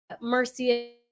Mercy